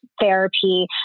therapy